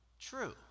true